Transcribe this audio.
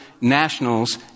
nationals